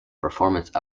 performance